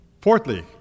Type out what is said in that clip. Fourthly